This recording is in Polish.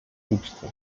głupstwo